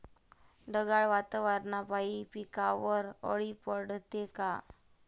ढगाळ वातावरनापाई पिकावर अळी पडते का?